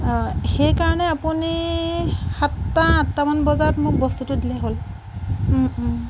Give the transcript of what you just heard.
অঁ সেইকাৰণে আপুনি সাতটা আঠটামান বজাত মোক বস্তুটো দিলেই হ'ল